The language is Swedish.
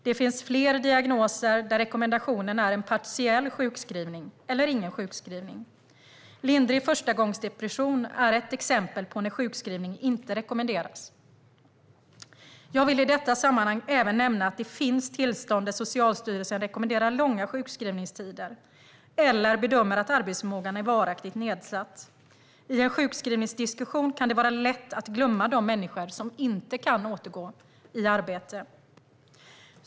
Det finns fler diagnoser där rekommendationen är en partiell sjukskrivning eller ingen sjukskrivning. Lindrig förstagångsdepression är ett exempel på när sjukskrivning inte rekommenderas. Jag vill i detta sammanhang även nämna att det finns tillstånd där Socialstyrelsen rekommenderar långa sjukskrivningstider eller bedömer att arbetsförmågan är varaktigt nedsatt. I en sjukskrivningsdiskussion kan det vara lätt att glömma de människor som inte kan återgå i arbete.